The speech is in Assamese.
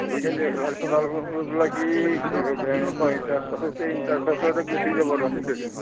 আজিকালি এক লাখ টকা লোন লৈ পেলাই কি ইণ্টাৰেষ্টততে গুচি যাব দেখোন গোটেইখিনি